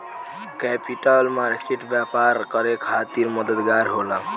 capital market व्यापार करे खातिर मददगार होला